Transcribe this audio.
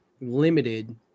limited